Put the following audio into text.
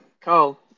Carl